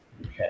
Okay